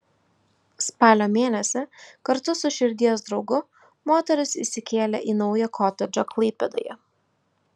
spalio mėnesį kartu su širdies draugu moteris įsikėlė į naują kotedžą klaipėdoje